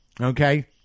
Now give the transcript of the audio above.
okay